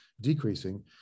decreasing